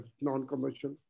non-commercial